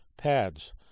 Pads